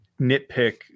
nitpick